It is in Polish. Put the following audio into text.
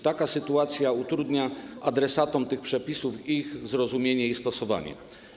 Taka sytuacja utrudnia adresatom tych przepisów ich zrozumienie i stosowanie.